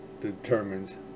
determines